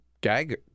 gag